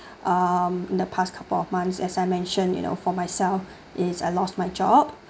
um in the past couple of months as I mention you know for myself is I lost my job